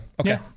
Okay